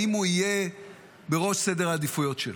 האם הוא יהיה בראש סדר העדיפויות שלה?